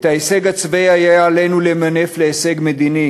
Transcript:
את ההישג הצבאי היה עלינו למנף להישג מדיני